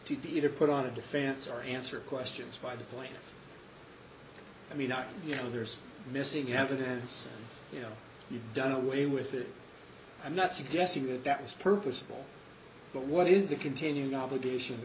either put on a defense or answer questions by the point i mean not you know there's missing evidence you know you've done away with it i'm not suggesting that that was purposeful but what is the continuing obligation to